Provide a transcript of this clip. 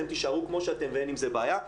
אתן תישארו כמו שאתן ואין עם זה בעיה.